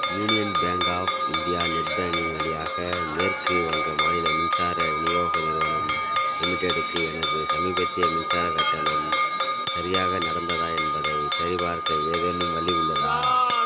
union bank of India net banking வழியாக மேற்கு வங்க மாநில மின்சார விநியோக நிறுவனம் லிமிடெட் க்கு எனது சமீபத்திய மின்சாரக் கட்டணம் சரியாக நடந்ததா என்பதை சரிபார்க்க ஏதேனும் வழி உள்ளதா